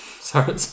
Sorry